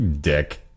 dick